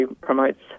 promotes